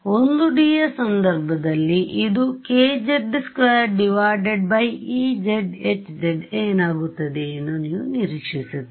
1D ಯ ಸಂದರ್ಭದಲ್ಲಿ ಇದು kz 2ez hz ಏನಾಗುತ್ತದೆ ಎಂದು ನೀವು ನಿರೀಕ್ಷಿಸುತ್ತೀರಿ